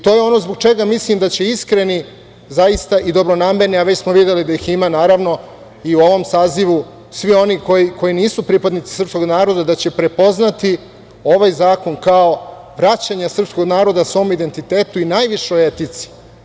To je ono zbog čega mislim da će iskreni i dobronamerni, a već smo videli da ih ima, naravno, i u ovom sazivu, svi oni koji nisu pripadnici srpskog naroda, da će prepoznati ovaj zakon kao vraćanje srpskog naroda svom identitetu i najvišoj etici.